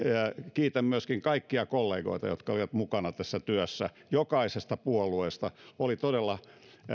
kiitän myöskin kaikkia kollegoita jotka olivat mukana tässä työssä jokaisesta puolueesta oli todella